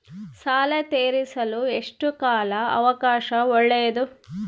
ಸಾಲ ತೇರಿಸಲು ಎಷ್ಟು ಕಾಲ ಅವಕಾಶ ಒಳ್ಳೆಯದು?